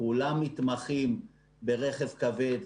כולם מתמחים ברכב כבד,